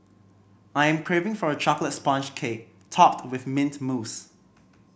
I am craving for a chocolate sponge cake topped with mint mousse